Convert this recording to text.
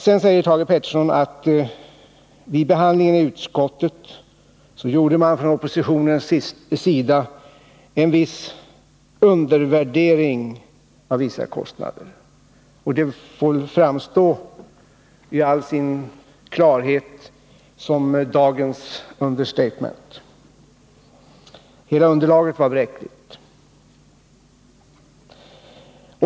Sedan säger Thage Peterson att vid behandlingen i utskottet gjorde man från oppositionens sida en viss undervärdering av vissa kostnader. Det får väl framstå i all sin klarhet som dagens understatement. Hela underlaget var bräckligt.